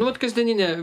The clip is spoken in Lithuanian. nu vat kasdieninę